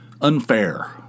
unfair